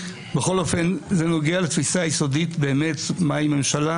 בכל אופן זה נוגע לתפיסה היסודית מהי ממשלה